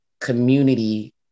community